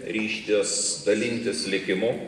ryžtis dalintis likimu